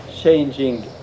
changing